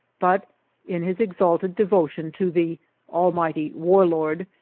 but in his exalted devotion to the almighty war lord,